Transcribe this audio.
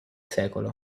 sec